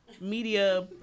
media